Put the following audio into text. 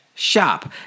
shop